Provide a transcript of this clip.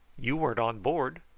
you weren't on board.